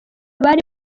bari